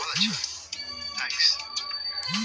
आन line खाता खोले में कौनो जोखिम त नइखे?